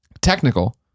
Technical